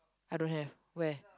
I don't have where